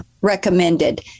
recommended